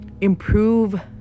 improve